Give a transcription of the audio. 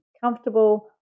comfortable